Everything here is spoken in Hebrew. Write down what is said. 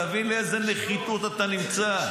תבין באיזה נחיתות אתה נמצא.